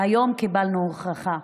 והיום קיבלנו הוכחה: